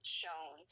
shown